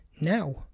now